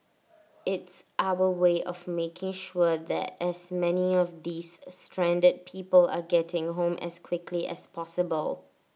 it's our way of making sure that as many of these stranded people are getting home as quickly as possible